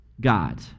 God